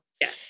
Yes